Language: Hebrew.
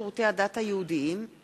הצעת חוק שירותי הדת היהודיים (תיקון,